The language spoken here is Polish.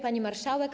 Pani Marszałek!